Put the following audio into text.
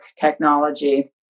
technology